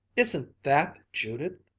isn't that judith!